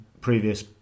previous